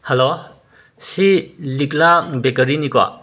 hello ꯃꯁꯤ ꯂꯤꯛꯂꯥ ꯕꯦꯀꯔꯤꯅꯤꯀꯣ